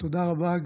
תודה רבה,